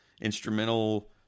instrumental